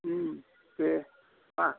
दे मा